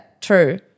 true